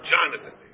Jonathan